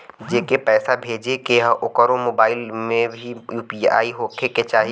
जेके पैसा भेजे के ह ओकरे मोबाइल मे भी यू.पी.आई होखे के चाही?